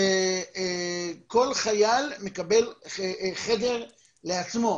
שכל חייל מקבל חדר לעצמו,